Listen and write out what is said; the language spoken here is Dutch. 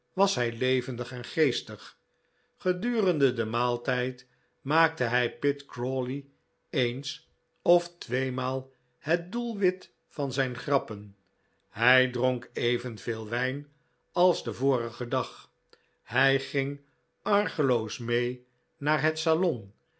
was hij levendig en geestig gedurende den maaltijd maakte hij pitt crawley eens of tweemaal het doelwit van zijn grappen hij dronk evenveel wijn als den vorigen dag hij ging argeloos mee naar het salon